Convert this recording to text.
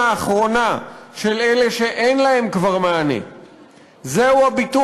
התשע"ב 2012. בבקשה, סגן השר אופיר אקוניס.